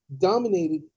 dominated